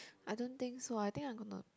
I don't so I think I gonna